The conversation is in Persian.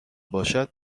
باشد